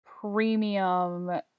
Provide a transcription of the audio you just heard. premium